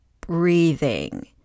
breathing